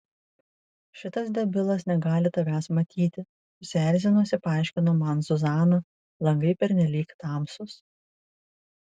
šitas debilas negali tavęs matyti susierzinusi paaiškino man zuzana langai pernelyg tamsūs